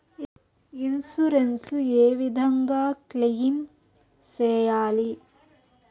Insurance ఏ విధంగా claim సేయాలి?